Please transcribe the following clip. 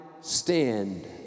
stand